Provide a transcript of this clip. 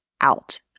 out